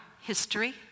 history